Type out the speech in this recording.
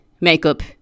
Makeup